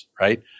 right